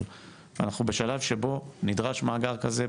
אנחנו בשלב שבו נדרש מאגר כזה,